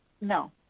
No